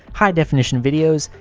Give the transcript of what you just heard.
high definition videos,